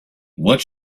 what